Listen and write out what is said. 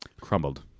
Crumbled